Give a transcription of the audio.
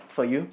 for you